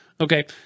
okay